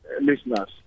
listeners